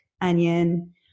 onion